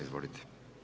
Izvolite.